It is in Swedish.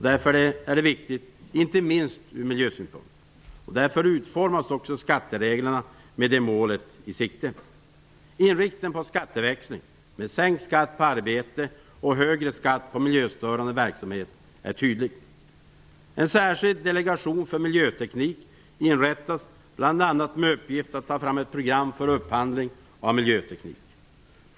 Det är viktigt inte minst ur miljösynpunkt. Därför utformas också skattereglerna med det målet i sikte. Inriktningen på skatteväxling, med sänkt skatt på arbete och högre skatt på miljöstörande verksamhet, är tydlig. En särskild delegation för miljöteknik inrättas, bl.a. med uppgift att ta fram ett program för upphandling av miljöteknik.